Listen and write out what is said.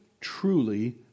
truly